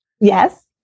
Yes